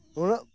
ᱱᱩᱱᱟᱹᱜ